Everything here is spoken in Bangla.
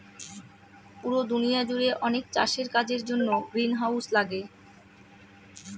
পুরো দুনিয়া জুড়ে অনেক চাষের কাজের জন্য গ্রিনহাউস লাগে